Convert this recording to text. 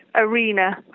arena